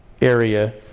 area